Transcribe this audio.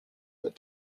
that